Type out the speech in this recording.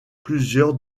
plusieurs